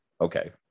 okay